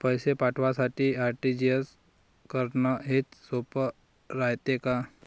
पैसे पाठवासाठी आर.टी.जी.एस करन हेच सोप रायते का?